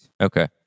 Okay